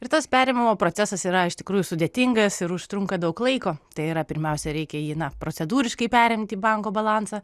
ir tas perėmimo procesas yra iš tikrųjų sudėtingas ir užtrunka daug laiko tai yra pirmiausia reikia jį na procedūriškai perimti į banko balansą